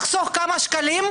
הצליחה לחסוך כמה שקלים,